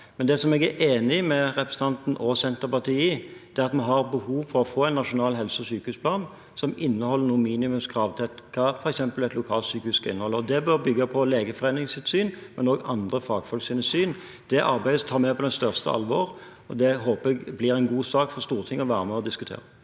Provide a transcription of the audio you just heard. Men det jeg er enig med representanten og Senterpartiet i, er at vi har behov for å få en nasjonal helse- og sykehusplan som inneholder noen minimumskrav til hva f.eks. et lokalsykehus skal inneholde, og det bør bygge på Legeforeningens syn og noen andre fagfolks syn. Det arbeidet tar vi på det største alvor, og det håper jeg blir en god sak for Stortinget å være med og diskutere.